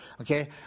okay